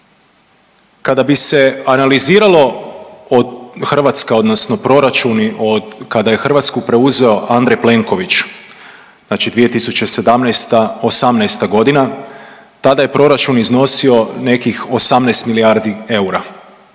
Kada bi se analiziralo od, Hrvatska odnosno proračuni od kada je Hrvatsku preuzeo Andrej Plenković znači 2017., '18. godina tada je proračun iznosio nekih 18 milijardi eura.